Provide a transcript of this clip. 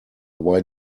why